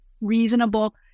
reasonable